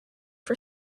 for